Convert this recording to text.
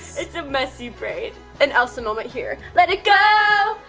it's a messy braid. an elsa moment here. let it go!